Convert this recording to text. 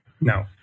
No